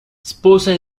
sposa